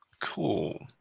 Cool